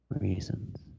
reasons